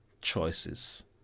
choices